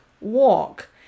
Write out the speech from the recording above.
walk